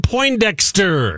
Poindexter